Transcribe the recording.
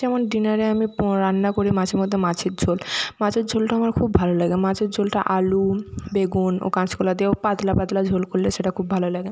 তেমন ডিনারে আমি পুরো রান্না করি মাঝে মধ্যে মাছের ঝোল মাছের ঝোলটা আমার খুব ভালো লাগে মাছের ঝোলটা আলু বেগুল ও কাঁচকলা দিয়েও পাতলা পাতলা ঝোল করলে সেটা খুব ভালো লাগে